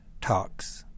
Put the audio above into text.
talks